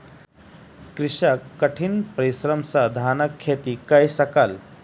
कृषक कठिन परिश्रम सॅ धानक खेती कय सकल